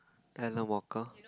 Alan-Walker